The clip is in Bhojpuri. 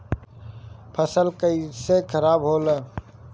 फसल कैसे खाराब होला?